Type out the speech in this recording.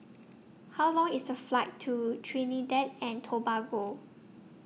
How Long IS The Flight to Trinidad and Tobago